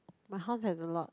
my house have a lot